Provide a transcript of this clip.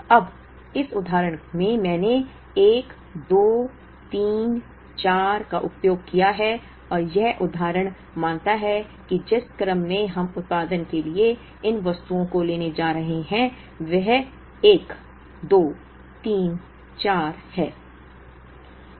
अब इस उदाहरण में मैंने एक दो तीन चार का उपयोग किया है और यह उदाहरण मानता है कि जिस क्रम में हम उत्पादन के लिए इन वस्तुओं को लेने जा रहे हैं वह एक दो तीन चार है